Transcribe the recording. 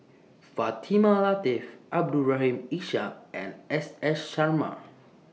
Fatimah Lateef Abdul Rahim Ishak and S S Sarma